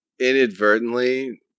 inadvertently